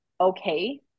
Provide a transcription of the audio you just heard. okay